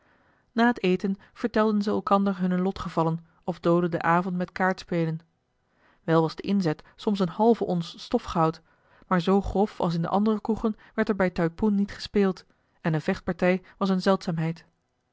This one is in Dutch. na het eten vertelden ze elkander hunne lotgevallen of doodden den avond met kaartspelen wel was de inzet soms eene halve once stofgoud maar zoo grof als in de andere kroegen werd er bij taipoen niet gespeeld en eene vechtpartij was eene